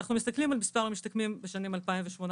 כשאנחנו מסתכלים על מספר המשתקמים בשנים 2020-2018,